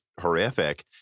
horrific